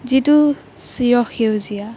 যিটো চিৰসেউজীয়া